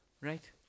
Right